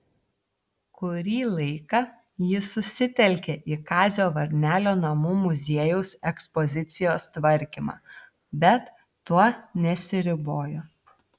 kurį laiką ji susitelkė į kazio varnelio namų muziejaus ekspozicijos tvarkymą bet tuo nesiribojo